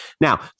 now